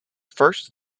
first